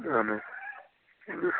اَہَن حظ